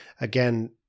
again